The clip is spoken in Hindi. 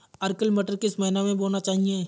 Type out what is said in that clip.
अर्किल मटर किस महीना में बोना चाहिए?